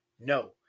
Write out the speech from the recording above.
no